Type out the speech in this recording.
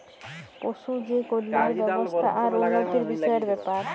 পশু যে কল্যাল ব্যাবস্থা আর উল্লতির বিষয়ের ব্যাপার